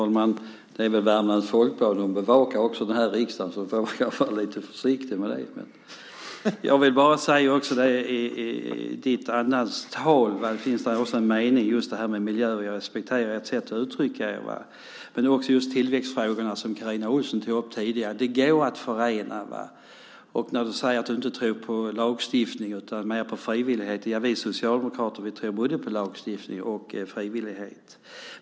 Herr talman! Värmlands Folkblad bevakar också riksdagen. Vi får vara lite försiktiga! I ditt tal finns det en mening om respekt för miljö. Det är ett sätt att uttrycka det. Men det är också fråga om tillväxtfrågorna, som Carina Ohlsson tog upp tidigare. De går att förena. Du säger att du inte tror på lagstiftning utan mer på frivillighet. Vi socialdemokrater tror på både lagstiftning och frivillighet.